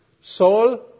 Saul